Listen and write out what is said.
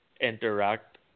interact